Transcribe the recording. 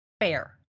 fair